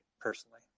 personally